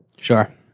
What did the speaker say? Sure